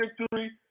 victory